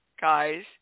guys